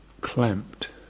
clamped